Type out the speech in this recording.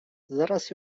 zaraz